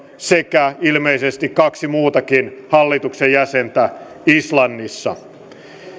sekä ilmeisesti kaksi muutakin hallituksen jäsentä islannissa